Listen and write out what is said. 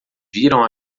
viram